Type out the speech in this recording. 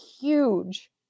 huge